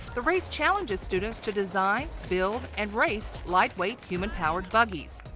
the race challenges students to design, build and race lightweight, human-powered buggies.